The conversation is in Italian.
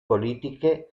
politiche